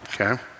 Okay